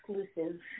exclusive